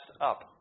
up